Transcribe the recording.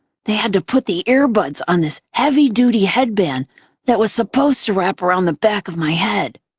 they had to put the earbuds on this heavy-duty headband that was supposed to wrap around the back of my head.